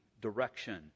direction